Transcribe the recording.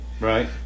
Right